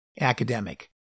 academic